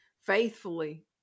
Faithfully